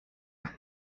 ans